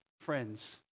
friends